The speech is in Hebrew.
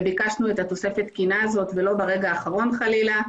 וביקשנו את תוספת התקינה הזו ולא ברגע האחרון חלילה,